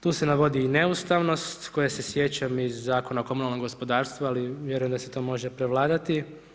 Tu se navodi i neustavnost, kojeg se sjećam iz Zakona o komunalnom gospodarstvu, ali vjerujem da se to može prevladati.